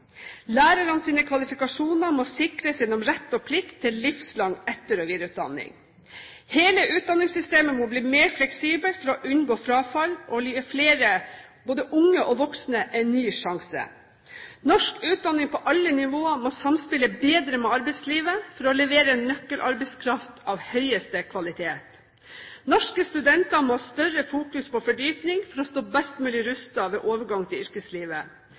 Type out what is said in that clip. kvalifikasjoner må sikres gjennom rett og plikt til livslang etter- og videreutdanning. Hele utdanningssystemet må bli mer fleksibelt for å unngå frafall og gi flere unge og voksne en ny sjanse. Norsk utdanning på alle nivåer må samspille bedre med arbeidslivet for å levere nøkkelarbeidskraft av høyeste kvalitet. Norske studenter må ha mer fokus på fordypning for å stå best mulig rustet ved overgang til yrkeslivet.